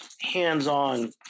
hands-on